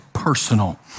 personal